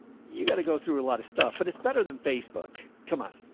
you got to go through a lot of stuff, but it's better than facebook. come on.